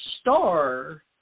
star